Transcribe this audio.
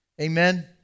Amen